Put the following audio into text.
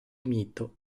mito